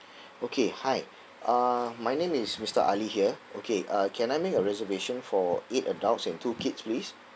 okay hi uh my name is mister ali here okay uh can I make a reservation for eight adults and two kids please